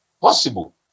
possible